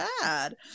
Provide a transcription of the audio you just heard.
bad